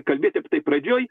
kalbėti apie tai pradžioj